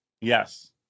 Yes